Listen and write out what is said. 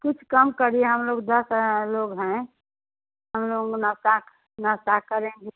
कुछ कम करिए हम लोग दस लोग हैं हम लोग नाश्ता नाश्ता करेंगे